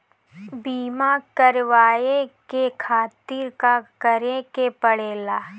बीमा करेवाए के खातिर का करे के पड़ेला?